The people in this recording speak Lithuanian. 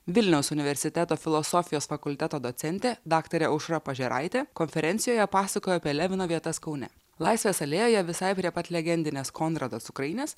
vilniaus universiteto filosofijos fakulteto docentė daktarė aušra pažėraitė konferencijoje pasakojo apie levino vietas kaune laisvės alėjoje visai prie pat legendinės konrado cukrainės